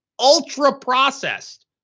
ultra-processed